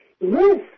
yes